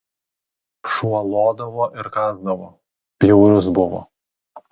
šuo lodavo ir kąsdavo bjaurus buvo